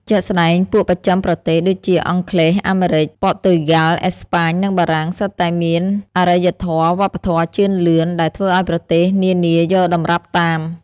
ជាក់ស្ដែង ពួកបស្ចិមប្រទេសដូចជាអង់គ្លេស អាមេរិក ព័រទុយហ្គាល់ អេស្ប៉ាញ និងបារាំង សុទ្ធតែមានអារ្យធម៌វប្បធម៌ជឿនលឿន ដែលធ្វើឱ្យប្រទេសនានាយកតម្រាប់តាម។